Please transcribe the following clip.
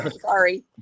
Sorry